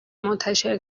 منتشر